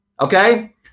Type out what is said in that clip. okay